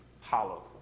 hollow